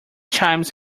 chimes